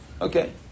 Okay